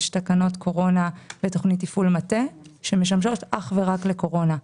יש תקנות קורונה ותוכנית תפעול מטה שמשמשות אך ורק לקורונה,